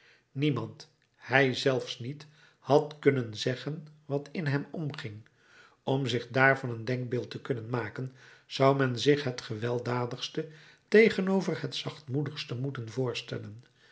niemand hij zelfs niet had kunnen zeggen wat in hem omging om zich daarvan een denkbeeld te kunnen maken zou men zich het gewelddadigste tegenover het zachtmoedigste moeten voorstellen